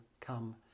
come